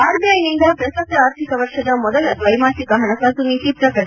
ಆರ್ಬಿಐನಿಂದ ಪ್ರಸಕ್ಕ ಆರ್ಥಿಕ ವರ್ಷದ ಮೊದಲ ದ್ಯೈಮಾಸಿಕ ಹಣಕಾಸು ನೀತಿ ಪ್ರಕಟ